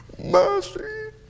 mercy